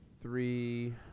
three